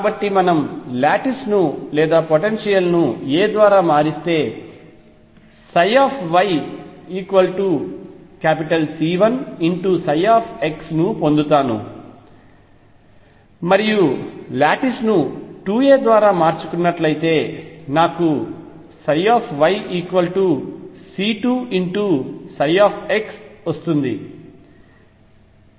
కాబట్టి మనం లాటిస్ ను లేదా పొటెన్షియల్ ను a ద్వారా మారిస్తే నేను yC1x పొందుతాను మరియు లాటిస్ను 2 a ద్వారా మార్చుకున్నట్లయితే నాకు yC2xవస్తుంది